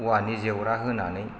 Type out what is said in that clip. औवानि जेवरा होनानै